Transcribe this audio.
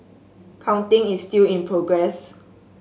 counting is still in progress